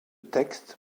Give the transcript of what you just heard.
textes